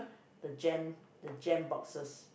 the jam the jam boxes